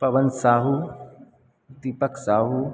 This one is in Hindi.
पवन साहू दीपक साहू